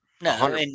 No